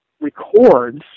records